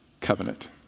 covenant